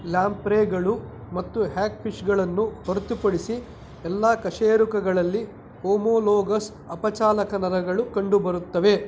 ಲ್ಯಾಂಪ್ರೇಗಳು ಮತ್ತು ಹ್ಯಾಗ್ ಫಿಶ್ಗಳನ್ನು ಹೊರತುಪಡಿಸಿ ಎಲ್ಲ ಕಶೇರುಕಗಳಲ್ಲಿ ಹೋಮೋಲೋಗಸ್ ಅಪಚಾಲಕ ನರಗಳು ಕಂಡುಬರುತ್ತವೆ